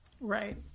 Right